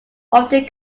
often